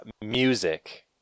Music